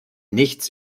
nichts